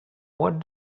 what